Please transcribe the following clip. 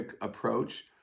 approach